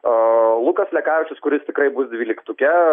o lukas lekavičius kuris tikrai bus dvyliktuke